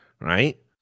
right